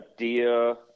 idea